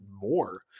more